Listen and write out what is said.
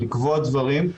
לקבוע דברים,